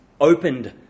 opened